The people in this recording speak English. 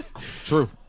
True